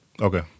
Okay